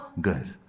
Good